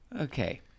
okay